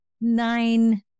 nine